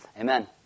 Amen